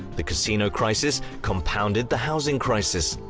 the casino crisis compounded the housing crisis.